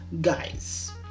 guys